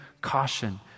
caution